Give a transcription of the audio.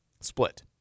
Split